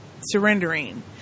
surrendering